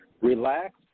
Relax